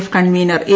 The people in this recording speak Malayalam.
F convener A